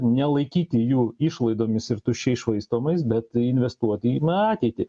nelaikyti jų išlaidomis ir tuščiai švaistomais bet tai investuoti į ateitį